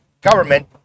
Government